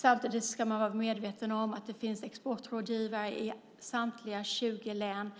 Samtidigt ska man vara medveten om att det finns exportrådgivare i samtliga 20 län.